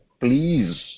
please